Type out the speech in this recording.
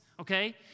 okay